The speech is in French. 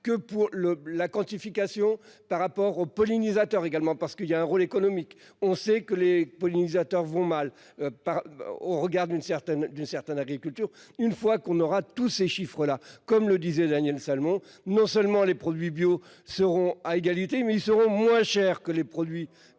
que pour le la quantification par rapport aux pollinisateurs également parce qu'il y a un rôle économique. On sait que les pollinisateurs vont mal par au regard d'une certaine d'une certaine agriculture. Une fois qu'on aura tous ces chiffres là, comme le disait Daniel Salmon, non seulement les produits bio seront à égalité mais ils seront moins chers que les produits